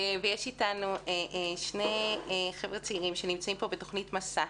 יש אתנו שני חבר'ה צעירים שנמצאים פה בתוכנית "מסע".